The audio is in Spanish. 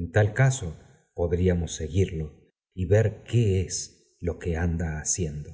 en tal caso podríamos seguirlo y ver qué es lo que anda haciendo